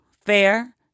fair